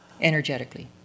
energetically